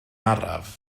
araf